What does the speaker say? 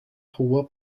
rua